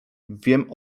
wiem